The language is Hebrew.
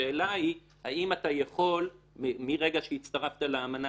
השאלה היא האם אתה יכול מרגע שהצטרפת לאמנה,